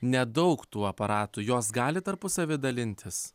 nedaug tų aparatų jos gali tarpusavy dalintis